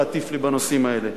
להטיף לי בנושאים האלה.